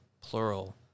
plural